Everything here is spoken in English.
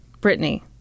Brittany